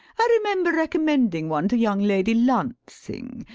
i remember recommending one to young lady lancing,